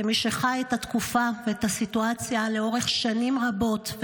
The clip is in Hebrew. כמי שחיה את התקופה ואת הסיטואציה לאורך שנים רבות,